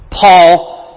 Paul